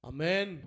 Amen